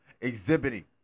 exhibiting